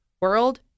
world